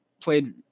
played